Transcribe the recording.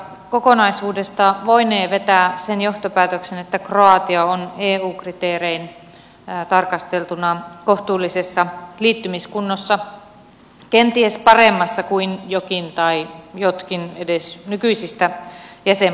kokonaisuudesta voinee vetää sen johtopäätöksen että kroatia on eu kriteerein tarkasteltuna kohtuullisessa liittymiskunnossa kenties paremmassa kuin jokin tai jotkin edes nykyisistä jäsenmaista